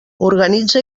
organitza